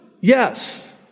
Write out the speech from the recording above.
Yes